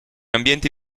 ambienti